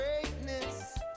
greatness